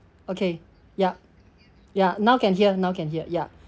okay ya ya now can hear now can hear ya